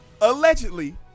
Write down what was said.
Allegedly